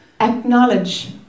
Acknowledge